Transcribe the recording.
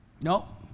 Nope